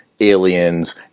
aliens